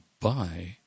buy